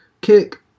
Kick